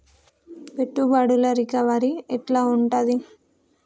పెట్టుబడుల రికవరీ ఎట్ల ఉంటది?